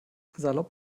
salopp